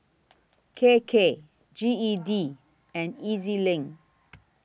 K K G E D and E Z LINK